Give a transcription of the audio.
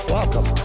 Welcome